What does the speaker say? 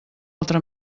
altra